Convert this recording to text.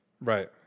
Right